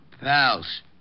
Pals